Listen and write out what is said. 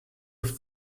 their